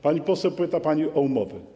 Pani poseł, pyta pani o umowę.